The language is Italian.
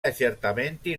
accertamenti